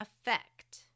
effect